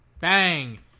Bang